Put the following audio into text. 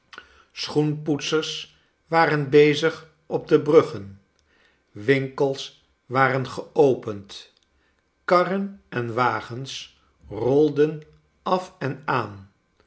schoenpoetsers waren bezig op de bruggen winkels waren geopend karren en wagens rolden af en aan